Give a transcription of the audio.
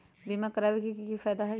बीमा करबाबे के कि कि फायदा हई?